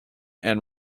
and